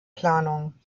planung